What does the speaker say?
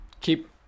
keep